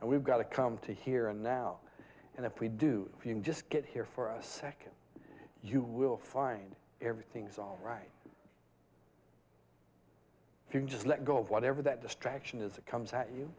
and we've got to come to here and now and if we do if you can just get here for a second you will find everything is all right if you just let go of whatever that distraction is that comes at you